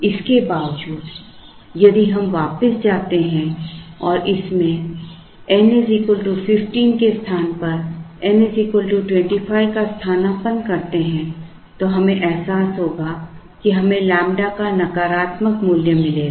इसके बावजूद यदि हम वापस जाते हैं और इसमें N 15 के स्थान पर N 25 का स्थानापन्न करते हैं तो हमें एहसास होगा कि हमें ƛ का नकारात्मक मूल्य मिलेगा